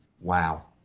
wow